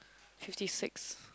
fifty six